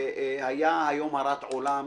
והיה היום הרת עולם,